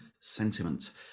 sentiment